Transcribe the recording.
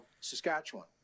saskatchewan